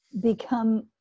become